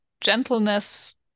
gentleness